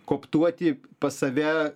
koptuoti pas save